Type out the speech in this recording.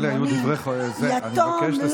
זה לא הציטוט.